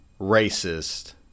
racist